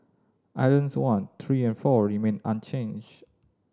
islands one three and four remained unchanged